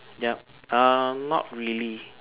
yup um not really